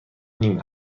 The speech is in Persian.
نیم